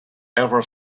ever